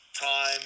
time